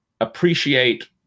appreciate